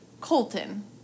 Colton